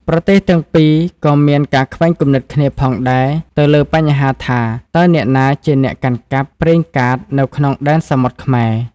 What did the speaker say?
ប្រទេសទាំងពីរក៏មានការខ្វែងគំនិតគ្នាផងដែរទៅលើបញ្ហាថា តើអ្នកណាជាអ្នកកាន់កាប់ ប្រេងកាតនៅក្នុងដែនសមុទ្រខ្មែរ។